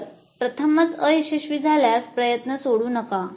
तर प्रथमच अयशस्वी झाल्यास प्रयत्न सोडू नका